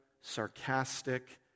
sarcastic